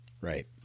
Right